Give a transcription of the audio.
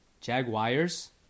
Jaguars